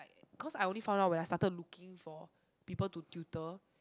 cause I only found out when I started looking for people to tutor